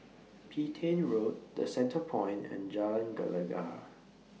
Petain Road The Centrepoint and Jalan Gelegar